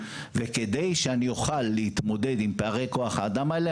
וכדי שאני אוכל להתמודד עם פערי כוח האדם האלה,